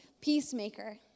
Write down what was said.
peacemaker